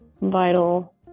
vital